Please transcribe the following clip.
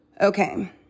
Okay